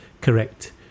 correct